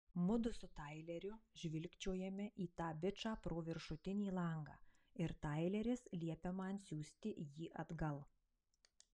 mudu su taileriu žvilgčiojame į tą bičą pro viršutinį langą ir taileris liepia man siųsti jį atgal